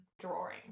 drawing